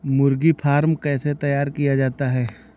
मुर्गी फार्म कैसे तैयार किया जाता है?